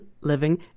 living